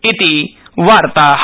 इति वार्ता